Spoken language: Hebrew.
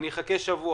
אני אחכה שבוע,